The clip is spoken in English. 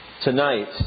Tonight